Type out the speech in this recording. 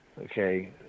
Okay